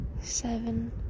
seven